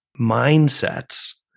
mindsets